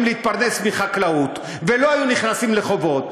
להתפרנס מחקלאות ולא היו נכנסים לחובות,